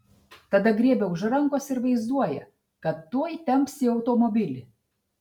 tada griebia už rankos ir vaizduoja kad tuoj temps į automobilį